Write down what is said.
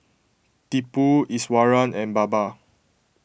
Tipu Iswaran and Baba